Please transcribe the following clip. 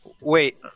Wait